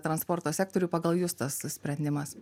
transporto sektoriui pagal jus tas sprendimas